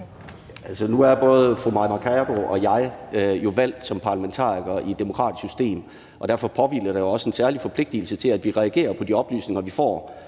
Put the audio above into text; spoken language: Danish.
nu er både fru Mai Mercado og jeg jo valgt som parlamentarikere i et demokratisk system, og derfor påhviler der os en særlig forpligtigelse til, at vi reagerer på de oplysninger, vi får.